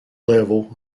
level